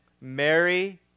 Mary